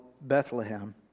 Bethlehem